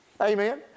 Amen